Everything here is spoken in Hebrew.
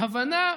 ההבנה,